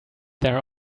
there